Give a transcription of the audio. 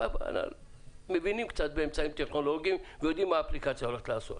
אנחנו מבינים קצת באמצעים טכנולוגיים ויודעים מה האפליקציה הולכת לעשות.